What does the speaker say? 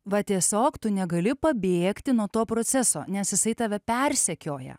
va tiesiog tu negali pabėgti nuo to proceso nes jisai tave persekioja